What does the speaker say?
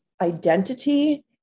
identity